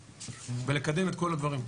ולקדם את כל הדברים.